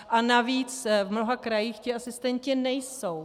A navíc v mnoha krajích ti asistenti nejsou.